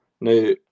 Now